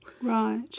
Right